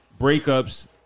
breakups